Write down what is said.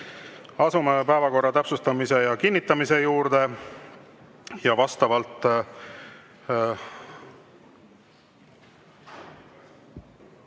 30.Asume päevakorra täpsustamise ja kinnitamise juurde. Vastavalt